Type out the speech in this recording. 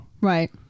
Right